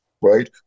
right